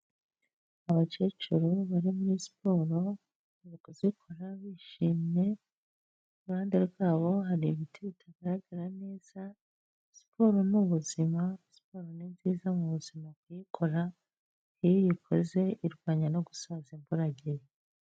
Abakecuru bari muri siporo bari kuzikora bishimye iruhande rwabo hari ibiti bitagaragara neza siporo n'ubuzima siporo ni nziza mubuzima kuyikora iyo uyikoze irwanya no gusaza imburagihe.